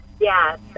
Yes